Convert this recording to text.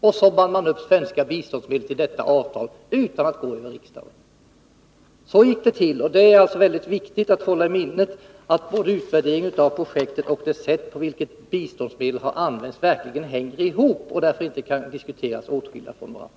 På så sätt band man upp svenska biståndsmedel till detta avtal, utan att gå över riksdagen. Så gick det till. Det är väldigt viktigt att hålla i minnet att utvärderingen av projektet och det sätt på vilket biståndsmedlen har använts verkligen hänger ihop, och de frågorna kan därför inte diskuteras åtskilda från varandra.